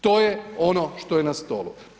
To je ono što je na stolu.